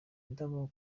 indabo